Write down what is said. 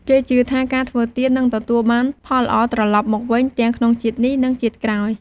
គេជឿថាការធ្វើទាននឹងទទួលបានផលល្អត្រឡប់មកវិញទាំងក្នុងជាតិនេះ និងជាតិក្រោយ។